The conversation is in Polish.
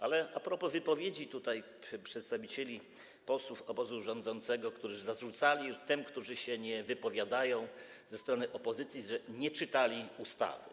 Ale a'propos wypowiedzi tutaj przedstawicieli, posłów obozu rządzącego, którzy zarzucali tym, którzy się nie wypowiadają ze strony opozycji, że nie czytali ustawy.